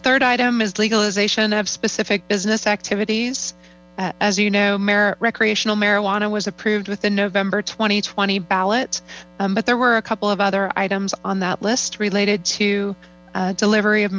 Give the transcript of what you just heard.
the third item is legalization of specific business activities as you know mayor recreational marijuana was approved with the november twenty twenty ballot but there were a couple of other items on that list related to delivery of